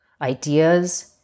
ideas